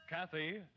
Kathy